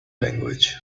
language